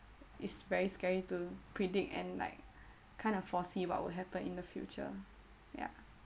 it's very scary to predict and like kind of foresee what will happen in the future yeah